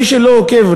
מי שלא עוקב,